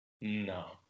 No